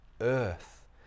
earth